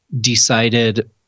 decided